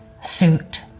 suit